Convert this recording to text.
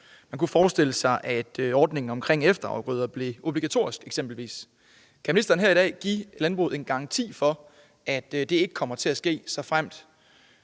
Man kunne forestille sig, at ordningen om eksempelvis efterafgrøder blev obligatorisk. Kan ministeren her i dag give landbruget en garanti for, at det ikke kommer til at ske, såfremt